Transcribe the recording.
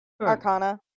Arcana